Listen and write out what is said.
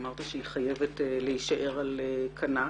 אמרת שהיא חייבת להישאר על כנה.